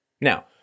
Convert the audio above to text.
Now